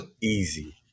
Easy